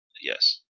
Yes